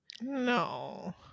No